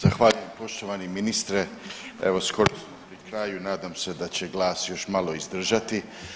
Zahvaljujem poštovani ministre, evo skoro smo pri kraju, nadam se da će glas još malo izdržati.